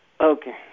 Okay